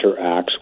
interacts